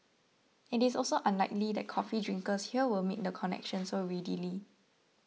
it is also unlikely that coffee drinkers here will make the connection so readily